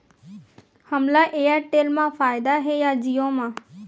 हमला एयरटेल मा फ़ायदा हे या जिओ मा?